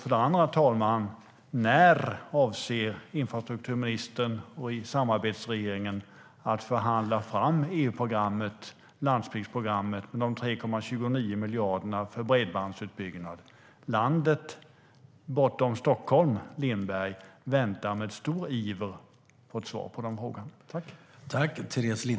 För det andra: När avser infrastrukturministern och samarbetsregeringen att förhandla fram EU-programmet - landsbygdsprogrammet - med de 3,29 miljarderna för bredbandsutbyggnad? Landet bortom Stockholm, Lindberg, väntar med stor iver på svaret på den frågan.